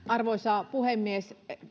arvoisa puhemies